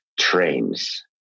trains